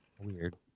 weird